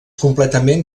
completament